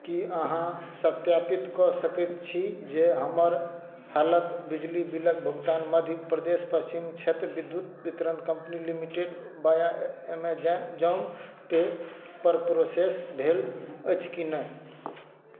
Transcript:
की अहाँ सत्यापित कऽ सकैत छी जे हमर हालक बिजली बिलक भुगतान Madhya Pradesh Paschim Kshetra Vidyut Vitaran company limited via Amazon Pay पर प्रोसेस भेल अछि कि नहि